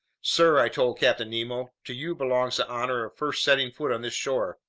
sir, i told captain nemo, to you belongs the honor of first setting foot on this shore.